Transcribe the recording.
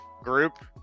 group